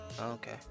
okay